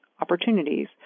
opportunities